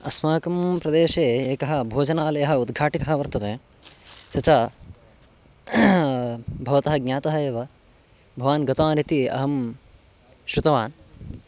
अस्माकं प्रदेशे एकः भोजनालयः उद्घाटितः वर्तते सः च भवतः ज्ञातः एव भवान् गतवानिति अहं श्रुतवान्